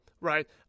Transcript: right